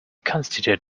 constitute